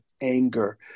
anger